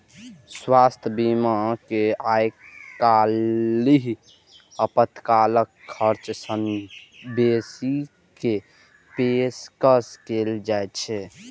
स्वास्थ्य बीमा मे आइकाल्हि अस्पतालक खर्च सं बेसी के पेशकश कैल जाइ छै